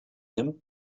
him